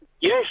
Yes